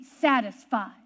satisfied